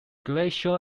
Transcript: glacial